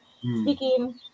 speaking